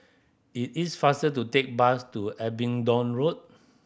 it is faster to take bus to Abingdon Road